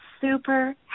super